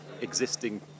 existing